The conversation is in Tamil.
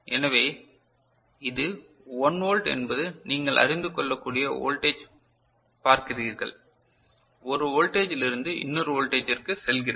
எனவே இது 1 வோல்ட் என்பது நீங்கள் அறிந்து கொள்ளக்கூடிய வோல்டேஜ் பார்க்கிறீர்கள் ஒரு வோல்டேஜி லிருந்து இன்னொரு வோல்டேஜிற்கு செல்கிறது